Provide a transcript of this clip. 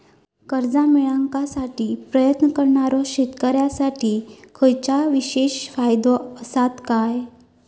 कर्जा मेळाकसाठी प्रयत्न करणारो शेतकऱ्यांसाठी खयच्या विशेष फायदो असात काय?